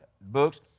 books